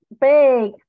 big